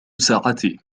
ساعتي